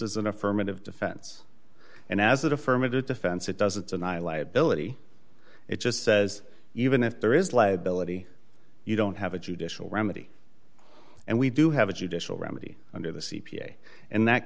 as an affirmative defense and as affirmative defense it does it's an i liability it just says even if there is liability you don't have a judicial remedy and we do have a judicial remedy under the c p a and that